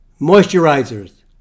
moisturizers